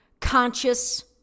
conscious